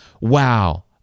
wow